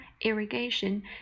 irrigation